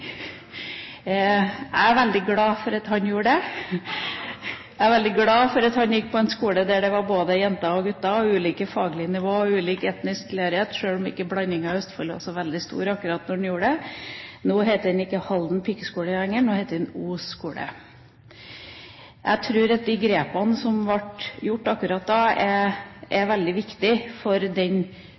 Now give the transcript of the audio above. Jeg er veldig glad for at han gjorde det. Jeg er veldig glad for at han gikk på en skole der det både var jenter og gutter, ulike faglige nivåer og ulik etnisk tilhørighet, selv om ikke blandingen i Østfold var så veldig stor akkurat da han gikk på skole. Nå heter den ikke Halden pikeskole lenger, nå heter den Os skole. Jeg tror at de grepene som ble gjort akkurat da, er veldig viktige for den